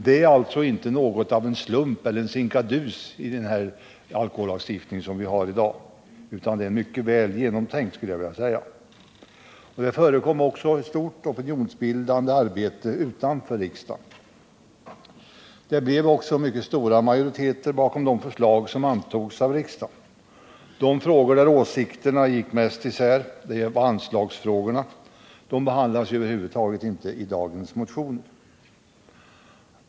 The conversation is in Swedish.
Det är alltså inte något av en slump eller en sinkadus i alkohollagstiftningen som vi har i dag, utan alkohollagstiftningen är mycket väl genomtänkt. Ett stort opinionsbildande arbete förekom även utanför riksdagen. Det blev också mycket stora majoriteter för de förslag som antogs av riksdagen. De frågor där åsikterna gick mest i sär, anslagsfrågorna, behandlas över huvud taget inte i dagens motioner.